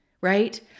right